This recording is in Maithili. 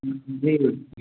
हूँ जी जी